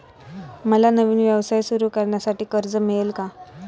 मला नवीन व्यवसाय सुरू करण्यासाठी कर्ज मिळेल का?